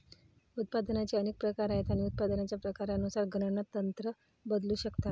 उत्पादनाचे अनेक प्रकार आहेत आणि उत्पादनाच्या प्रकारानुसार गणना तंत्र बदलू शकतात